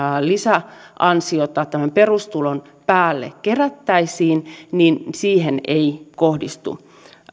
lisäansiota tämän perustulon päälle kerättäisiin niin siihen ei kohdistu